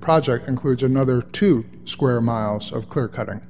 project includes another two square miles of clear cutting